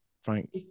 Frank